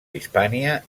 hispània